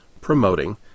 promoting